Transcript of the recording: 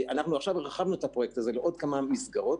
אנחנו עכשיו הרחבנו את הפרויקט הזה לעוד כמה מסגרות,